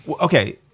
Okay